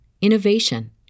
innovation